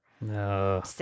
No